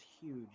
huge